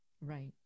Right